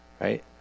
right